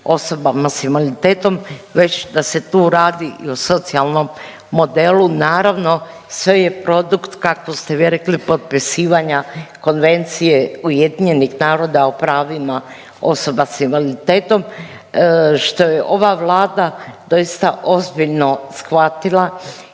osobama s invaliditetom, već da se tu radi i socijalnom modelu. Naravno, sve je produkt, kako ste vi rekli, potpisivanja Konvencije UN-a o pravima osoba s invaliditetom, što je ova Vlada doista ozbiljno shvatila